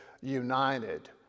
united